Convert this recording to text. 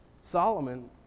Solomon